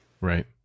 Right